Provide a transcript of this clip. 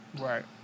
Right